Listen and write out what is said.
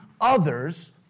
others